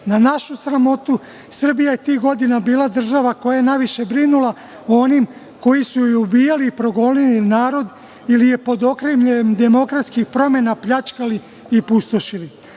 našu sramotu, Srbija je tih godina bila država koja je najviše brinula o onima koji su joj ubijali i progonili narod ili je pod okriljem demokratskih promena pljačkali i pustošili.